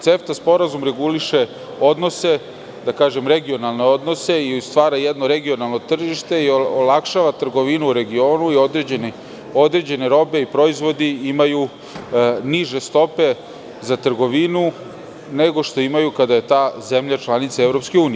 CEFTA sporazum reguliše odnose, da kažem, regionalne odnose, i stvara jedno regionalno tržište i olakšava trgovinu u regionu i određene robe i proizvodi imaju niže stope za trgovinu, nego što imaju kada je ta zemlja članica EU.